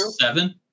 seven